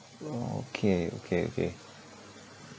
okay okay okay